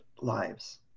lives